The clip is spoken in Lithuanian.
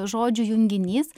žodžių junginys